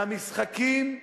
והמשחקים,